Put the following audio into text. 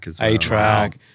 A-Track